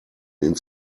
ins